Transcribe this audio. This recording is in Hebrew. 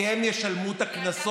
כי הם ישלמו את הקנסות,